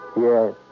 Yes